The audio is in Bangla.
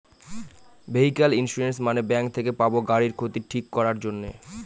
ভেহিক্যাল ইন্সুরেন্স মানে ব্যাঙ্ক থেকে পাবো গাড়ির ক্ষতি ঠিক করাক জন্যে